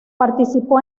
participó